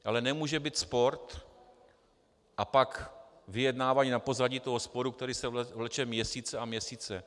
Ale nemůže být spor a pak vyjednávání na pozadí toho sporu, který se vleče měsíce a měsíce.